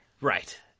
Right